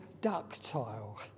ductile